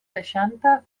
seixanta